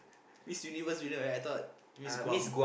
Miss Universe winner right I thought Miss Guam